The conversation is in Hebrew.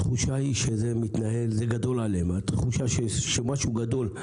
התחושה שזה גדול עליהם, התחושה שמשהו גדול.